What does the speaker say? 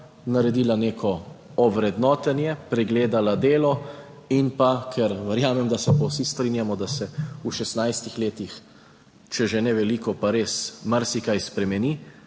naredila neko ovrednotenje, pregledala delo in pa ker verjamem, da se pa vsi strinjamo, da se v 16 letih, če že ne veliko, pa res marsikaj spremeni.